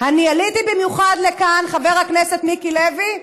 אני עליתי במיוחד לכאן, חבר הכנסת מיקי לוי,